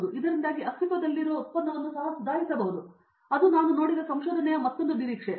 ಇದರಿಂದಾಗಿ ಅಸ್ತಿತ್ವದಲ್ಲಿರುವ ಉತ್ಪನ್ನವನ್ನು ಸಹ ಸುಧಾರಿಸಬಹುದು ಅದು ನಾನು ನೋಡಿದ ಸಂಶೋಧನೆಯ ಮತ್ತೊಂದು ನಿರೀಕ್ಷೆಯೇ